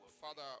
Father